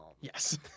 Yes